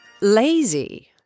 Lazy